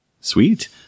Sweet